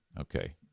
Okay